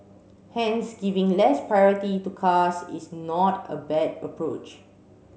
hence giving less priority to cars is not a bad approach